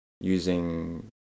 using